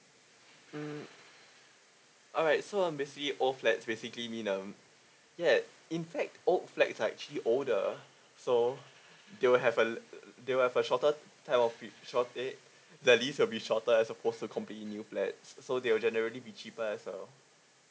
mm alright so mm basically all flats basically in um yeah in fact old flat is like actually older so they will have a they will have a shorter time of which short eh the lease will be shorter as opposed to completely new flats so they will generally be cheaper as well